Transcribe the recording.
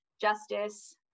justice